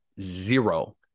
Zero